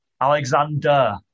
Alexander